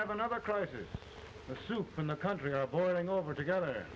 i have another crisis the soup and the country are boiling over together